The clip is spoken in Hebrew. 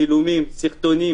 צילומים, סרטונים